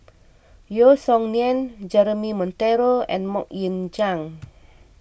Yeo Song Nian Jeremy Monteiro and Mok Ying Jang